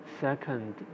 second